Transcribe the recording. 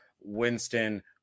Winston